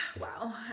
Wow